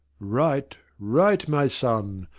right, right, my son!